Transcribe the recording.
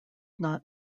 not